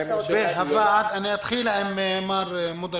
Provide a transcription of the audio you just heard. אני אתחיל עם מר מודאר